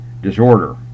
disorder